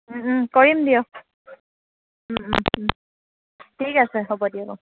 কৰিম দিয়ক ঠিক আছে হ'ব দিয়ক অঁ